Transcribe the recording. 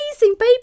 baby